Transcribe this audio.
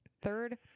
Third